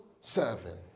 serving